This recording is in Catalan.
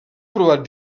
provat